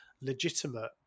legitimate